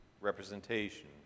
representation